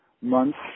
months